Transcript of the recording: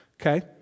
okay